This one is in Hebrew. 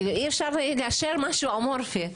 אי אפשר לאשר משהו אמורפי.